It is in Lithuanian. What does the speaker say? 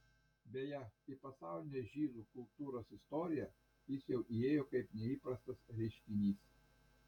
beje į pasaulinę žydų kultūros istoriją jis jau įėjo kaip neįprastas reiškinys